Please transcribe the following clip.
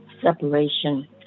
Separation